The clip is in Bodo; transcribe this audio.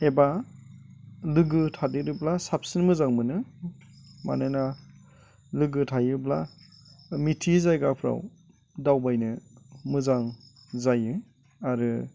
एबा लोगो थादेरोब्ला साबसिन मोजां मोनो मानोना लोगो थायोब्ला मिथियै जायगाफोराव दावबायनो मोजां जायो आरो